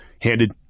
handed